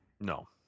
No